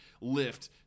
lift